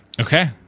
Okay